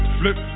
flip